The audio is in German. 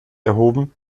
erhoben